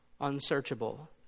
unsearchable